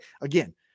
Again